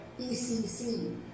ECC